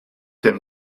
him